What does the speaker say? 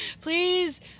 please